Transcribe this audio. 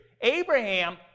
Abraham